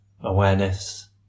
awareness